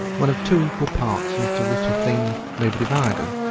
one of two equal parts into which a thing may be divided,